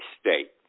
state